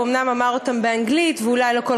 אומנם הוא אמר אותם באנגלית ואולי לא כל